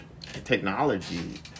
technology